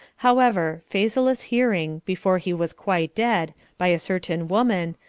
however, phasaelus hearing, before he was quite dead, by a certain woman,